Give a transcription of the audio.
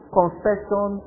confession